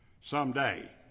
someday